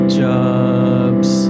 jobs